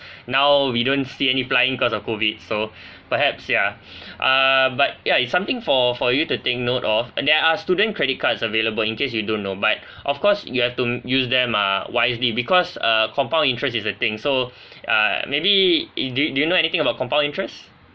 now we don't see any flying because of COVID so perhaps yeah ah but yeah it's something for for you to take note of and there are student credit cards available in case you don't know but of course you have to use them uh wisely because uh compound interest is a thing so uh maybe d~ do you know anything about compound interest